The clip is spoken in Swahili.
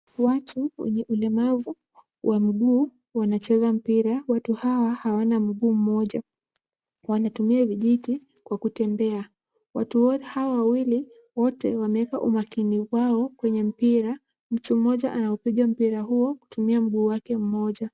Watu wenye ulemavu wa mguu wanacheza mpira, watu hawa hawana mguu mmoja. Wanatumia vijiti kwa kutembea. Watu hawa wawili, wote wameweka umakini wao kwenye mpira. Mtu mmoja anaupiga mpira huo, kutumia mguu wake mmoja.